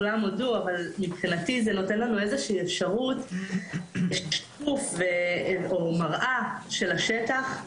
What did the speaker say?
כולם הודו אבל מבחינתי זה נותן לנו אפשרות של שיתוף או מראה של השטח.